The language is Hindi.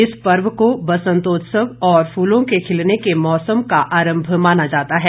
इस पर्व को बसंतोत्सव और फूलों के खिलने के मौसम का आरंभ माना जाता है